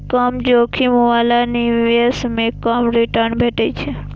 कम जोखिम बला निवेश मे कम रिटर्न भेटै छै